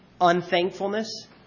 unthankfulness